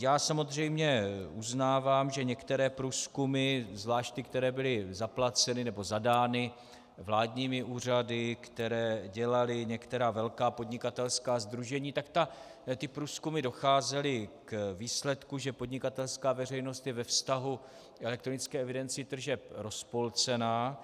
Já samozřejmě uznávám, že některé průzkumy, zvláště které byly zaplaceny nebo zadány vládními úřady, které dělala některá velká podnikatelská sdružení, tak ty průzkumy docházely k výsledku, že podnikatelská veřejnost je ve vztahu k elektronické evidenci tržeb rozpolcená.